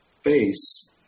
face